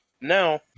Now